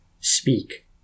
Speak